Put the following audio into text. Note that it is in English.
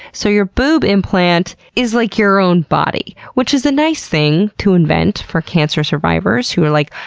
so your boob implant is like your own body, which is a nice thing to invent for cancer survivors who are, like,